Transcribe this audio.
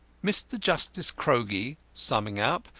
mr. justice crogie, summing up,